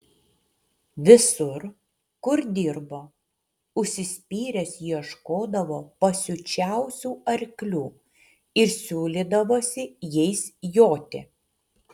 visur kur dirbo užsispyręs ieškodavo pasiučiausių arklių ir siūlydavosi jais joti